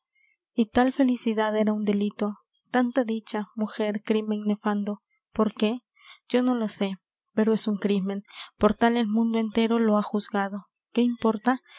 y tal felicidad era un delito tanta dicha mujer crímen nefando por qué yo no lo sé pero es un crímen por tal el mundo entero lo ha juzgado qué importa